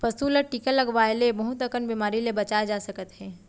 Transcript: पसू ल टीका लगवाए ले बहुत अकन बेमारी ले बचाए जा सकत हे